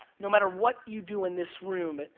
no matter what you do in this room,